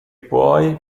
puoi